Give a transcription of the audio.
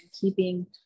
keeping